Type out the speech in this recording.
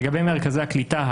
לגבי מרכזי הקליטה,